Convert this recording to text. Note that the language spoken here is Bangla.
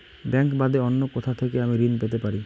ব্যাংক বাদে অন্য কোথা থেকে আমি ঋন পেতে পারি?